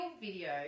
video